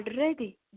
already